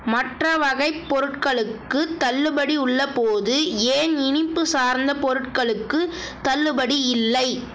மற்ற வகைப் பொருட்களுக்குத் தள்ளுபடி உள்ளபோது ஏன் இனிப்பு சார்ந்த பொருட்களுக்கு தள்ளுபடி இல்லை